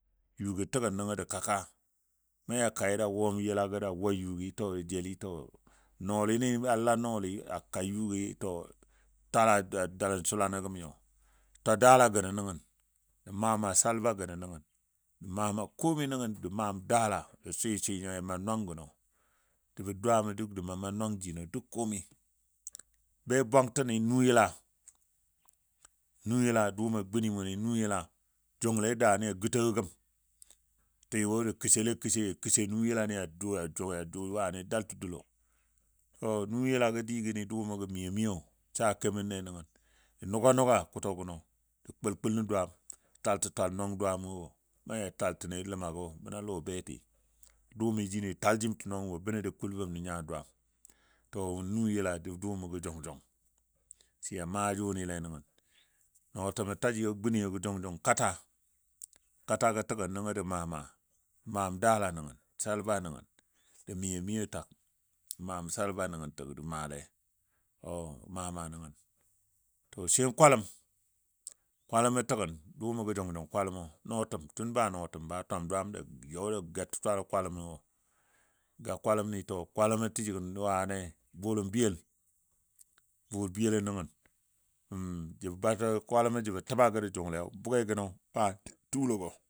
Yugɔ təgən jə kaka na ja kai ja wɔm yɨlagɔ ja wa yugi to jeli to nɔɔlini a laa nɔɔlɨ ka yugi to a taal a daləng sulanɔ gəm nyo twa daala gənon nəngən jə maa maa salba gənɔ nəngən də maa maa komi nəgən. Də maam daala jə swɨ swɨ nyo, da ma nʊngənɔ də dwaamɔ duk də ma ma nʊng jino duk komi. Be bwangtin nu nyila, nuyila dʊʊmɔ a guni wʊni nuyila jʊnle daa ni gəto gəm, tɨ wo də kəsɔle kəsɔi kəsɔ nuyilani wane dalto dullo. To nuyila go digəni dʊʊmɔ gə miyo miyo sa keməne nəngən jə nuga nuga kutɔ gənɔ jə kul kul nən dwaam taaltə nwang dwaamo wo na ya taltəgo ləmago məna lɔ beti dʊʊmɔ jino jə tal jim tə nyuwang wo bəno jə kul bəm nən nya dwaam. To nuyila dʊʊumo gə jʊng jʊng sə ya maa jʊnile nəngən. Nɔɔtəɔ təji guni gə jung jung kata, katagɔ təgən nəngaɔ jə maa maa, maam daala nəngən salba nəngən. Jə miyo miyo tak maam salba nəngən tak də maale ɔ maa mama nəngən. To sai kwaləm, kwaləmɔ təgən dʊʊmɔ gɔ jung jung kwaləmɔ nɔɔtəmba, tunba nɔɔtəm ba twam dwaam yɔ da gatə kwaləm wo. Ga kwaləmni to kwaləmɔ təji wane bʊlʊm biyel, bʊl biyelo nəngən jəbɔ batagɔ kwaləmɔ jəbɔ təbagɔ jə jʊnglei bʊge gənɔ wane tulogɔ.